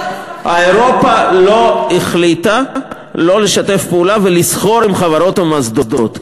אירופה לא החליטה לא לשתף פעולה ולסחור עם חברות או מוסדות.